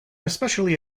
especially